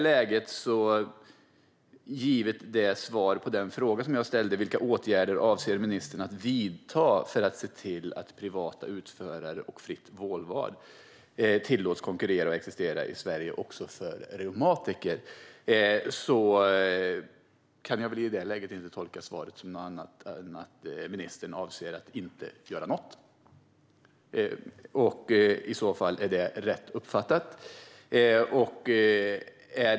Jag ställde frågan: Vilka åtgärder avser ministern att vidta för att se till att privata utförare och fritt vårdval tillåts konkurrera och existera i Sverige också för reumatiker? Men jag kan inte tolka svaret på annat sätt än att ministern avser att inte göra något. I så fall: Är det rätt uppfattat?